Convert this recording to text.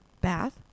bath